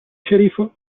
sceriffo